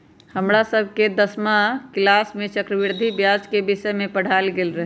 हमरा सभके दसमा किलास में चक्रवृद्धि ब्याज के विषय में पढ़ायल गेल रहै